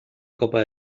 copa